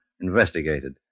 investigated